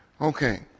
Okay